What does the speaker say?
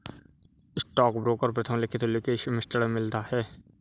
stockbroker का प्रथम लिखित उल्लेख एम्स्टर्डम में मिलता है